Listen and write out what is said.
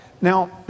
Now